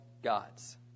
gods